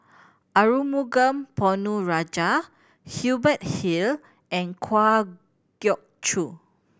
Arumugam Ponnu Rajah Hubert Hill and Kwa Geok Choo